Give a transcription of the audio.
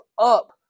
up